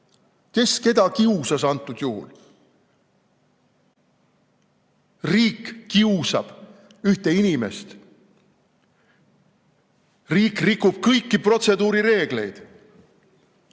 Kes keda kiusas antud juhul?! Riik kiusab ühte inimest. Riik rikub kõiki protseduurireegleid.